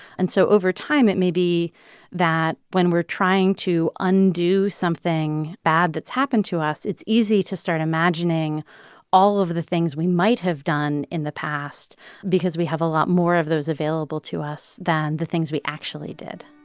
and so over time, it may be that when we're trying to undo something bad that's happened to us, it's easy to start imagining all of the things we might have done in the past because we have a lot more of those available to us than the things we actually did